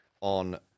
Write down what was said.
on